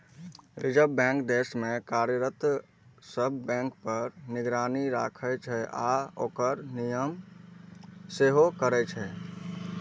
reserve bank देश मे कार्यरत सब बैंक पर निगरानी राखै छै आ ओकर नियमन सेहो करै छै